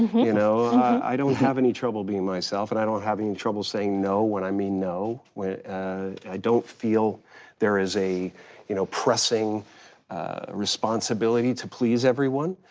you know? i don't have any trouble being myself, and i don't have any trouble saying no when i mean no. ah i don't feel there is a you know pressing responsibility to please everyone,